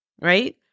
Right